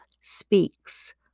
speaks